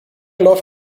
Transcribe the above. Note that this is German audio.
läuft